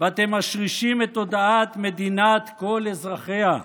ואתם משרישים את תודעת מדינת כל אזרחיה,